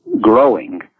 growing